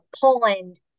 Poland